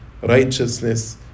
righteousness